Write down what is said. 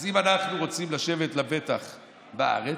אז אם אנחנו רוצים לשבת לבטח בארץ,